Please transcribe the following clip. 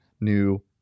new